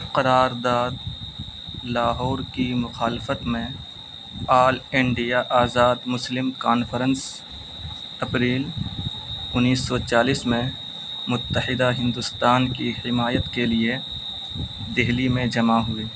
قرارداد لاہور کی مخالفت میں all India Azad Muslim conference اپریل انیس سو چالیس میں متحدہ ہندوستان کی حمایت کے لیے دہلی میں جمع ہوئی